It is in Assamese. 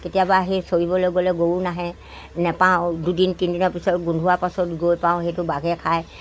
কেতিয়াবা সেই চৰিবলৈ গ'লে গৰু নাহে নাপাওঁ দুদিন তিনিদিনৰ পিছত গোন্ধোৱা পাছত গৈ পাওঁ সেইটো বাঘে খায়